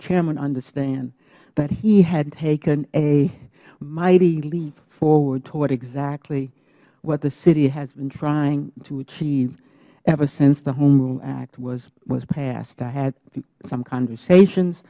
chairman understand that he had taken a mighty leap forward toward exactly what the city has been trying to achieve ever since the home rule act was passed i had some conversations